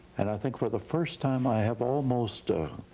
and i think for the first time i have almost,